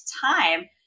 time